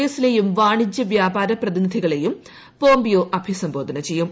എസിലെയും വാണിജ്യ വ്യാപാര പ്രതിനിധികളെയും പോംപിയോ അഭിസംബോധന ചെയ്യും